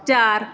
ਚਾਰ